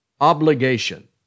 Obligation